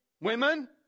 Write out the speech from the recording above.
women